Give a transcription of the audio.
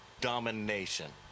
domination